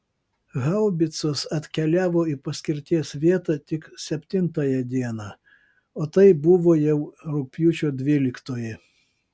haubicos atkeliavo į paskirties vietą tik septintąją dieną o tai buvo jau rugpjūčio dvyliktoji